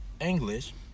English